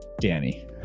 danny